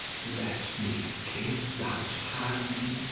let me kiss that hand.